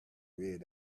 red